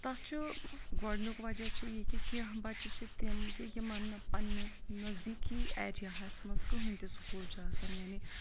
تَتھ چھُ گۄڈنیُک وَجہ چھُ یہِ کہِ کینٛہہ بَچہِ چھِ تِم کہِ یِمَن نہٕ پَنٛنِس نزدیٖکی ایریاہَس منٛز کٕہٕنۍ تہِ سکوٗل چھُ آسان یعنی